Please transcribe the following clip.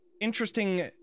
interesting